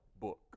book